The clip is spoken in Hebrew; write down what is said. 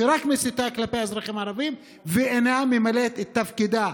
שרק מסיתה כלפי האזרחים הערבים ואינה ממלאת את תפקידה.